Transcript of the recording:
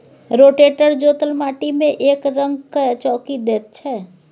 rotator जोतल माटि मे एकरंग कए चौकी दैत छै